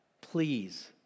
Please